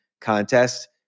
contest